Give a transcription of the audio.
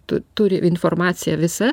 tu turi informaciją visą